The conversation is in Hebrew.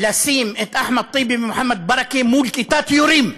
לשים את אחמד טיבי ומוחמד ברכה מול כיתת יורים.